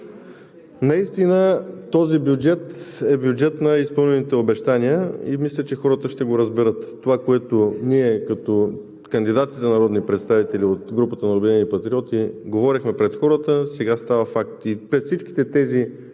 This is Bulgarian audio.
Наистина този бюджет е бюджет на изпълнените обещания, и мисля, че хората ще го разберат. Това, което ние като кандидати за народни представители от групата на „Обединени патриоти“ говорехме пред хората, сега става факт. И през всичките тези